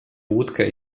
łódkę